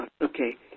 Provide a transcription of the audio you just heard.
Okay